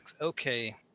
Okay